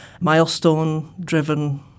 milestone-driven